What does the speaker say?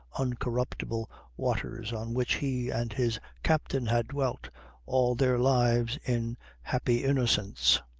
uncorruptible waters on which he and his captain had dwelt all their lives in happy innocence.